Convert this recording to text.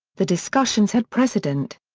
the discussions had precedent.